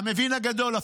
המבין הגדול,